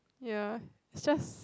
ya it's just